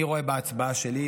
אני רואה בהצבעה שלי,